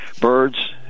birds